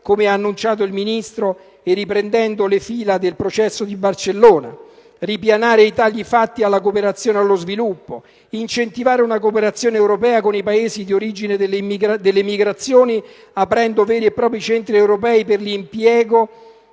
come ha annunciato il Ministro e riprendendo le fila del processo di Barcellona; ripianare i tagli fatti alla cooperazione allo sviluppo; incentivare una cooperazione europea con i Paesi d'origine delle migrazioni, aprendo veri e propri centri europei per l'impiego